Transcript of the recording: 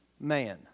man